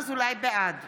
בעד